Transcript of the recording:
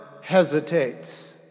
hesitates